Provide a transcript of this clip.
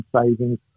savings